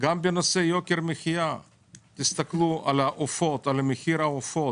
תסתכלו על מחיר העופות,